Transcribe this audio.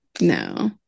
no